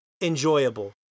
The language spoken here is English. enjoyable